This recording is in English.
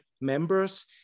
members